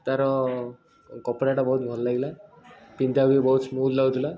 ତା'ର କପଡ଼ାଟା ବହୁତ ଭଲ ଲାଗିଲା ପିନ୍ଧିବାକୁ ବି ବହୁତ ସ୍ମୁଥ୍ ଲାଗୁଥିଲା